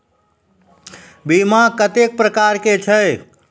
बीमा कत्तेक प्रकारक छै?